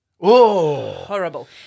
horrible